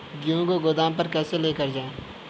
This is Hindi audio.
गेहूँ को गोदाम पर कैसे लेकर जाएँ?